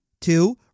Two